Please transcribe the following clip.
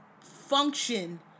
function